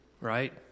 Right